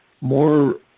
more